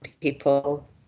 people